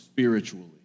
Spiritually